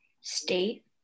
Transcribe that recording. state